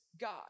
God